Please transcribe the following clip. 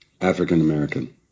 African-American